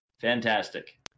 fantastic